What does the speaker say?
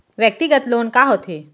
व्यक्तिगत लोन का होथे?